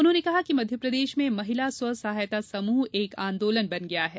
उन्होंने कहा कि मध्यप्रदेश में महिला स्वसहायता समूह एक आंदोलन बन गया है